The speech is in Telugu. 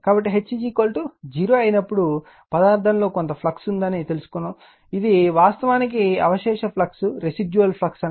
కాబట్టి H 0 అయినప్పుడు పదార్థంలో కొంత ఫ్లక్స్ ఉందని కనుగొంటారు ఇది వాస్తవానికి అవశేష ఫ్లక్స్ రెసిడ్యువల్ ఫ్లక్స్